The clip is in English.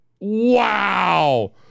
wow